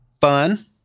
Fun